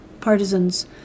partisans